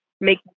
make